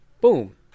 Boom